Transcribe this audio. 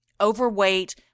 overweight